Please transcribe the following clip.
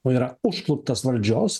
yra užkluptas valdžios